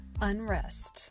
unrest